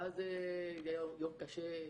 ואז זה היה יום קשה.